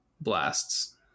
blasts